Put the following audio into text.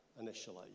initially